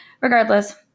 regardless